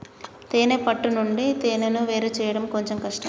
తేనే పట్టు నుండి తేనెను వేరుచేయడం కొంచెం కష్టం